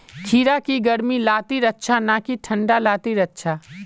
खीरा की गर्मी लात्तिर अच्छा ना की ठंडा लात्तिर अच्छा?